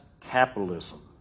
capitalism